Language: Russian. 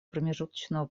промежуточного